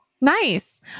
Nice